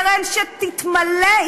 הכספים שבהם מדובר הם קרן שתתמלא עם